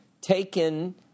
taken